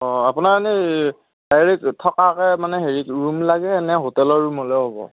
অঁ আপোনাৰ এনেই ডাইৰেক্ট থকাকে মানে হেৰি ৰুম লাগে নে হোটেলৰ ৰুম হ'লেও হ'ব